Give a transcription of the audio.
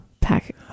pack